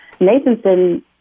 Nathanson